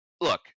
look